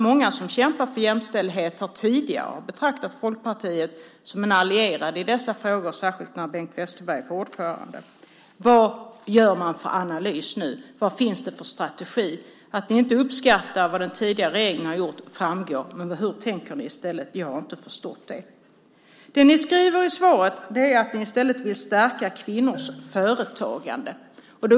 Många som kämpar för jämställdhet har tidigare betraktat Folkpartiet som en allierad i dessa frågor, särskilt när Bengt Westerberg var ordförande. Vad gör man för analys nu? Vad finns det för strategi? Att ni inte uppskattar vad den tidigare regeringen har gjort framgår. Men hur tänker ni i stället? Jag har inte förstått det. Det ni skriver i svaret är att ni i stället vill stärka kvinnors företagande.